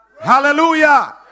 hallelujah